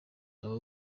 aba